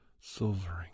silvering